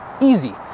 easy